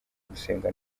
gusenga